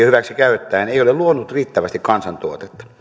hyväksi käyttäen ei ole luonut riittävästi kansantuotetta